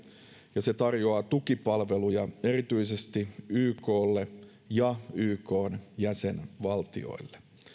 ja se tarjoaa tukipalveluja erityisesti yklle ja ykn jäsenvaltioille